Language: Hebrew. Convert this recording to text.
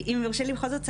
אם יורשה לי בכל זאת,